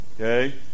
Okay